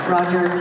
Roger